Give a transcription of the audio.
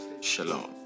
Shalom